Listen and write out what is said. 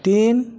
तीन